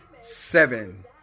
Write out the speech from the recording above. seven